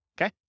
Okay